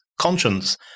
conscience